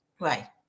Right